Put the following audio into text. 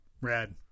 Rad